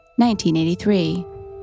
1983